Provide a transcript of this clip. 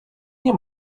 nie